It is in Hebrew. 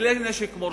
מכלי נשק מורשים,